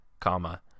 comma